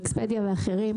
אקספדיה ואחרים,